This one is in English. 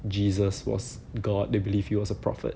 jesus was god they believe he was a prophet